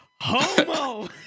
Homo